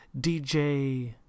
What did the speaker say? DJ